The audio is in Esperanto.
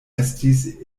estis